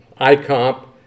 ICOMP